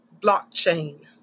blockchain